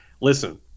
Listen